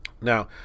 Now